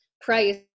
price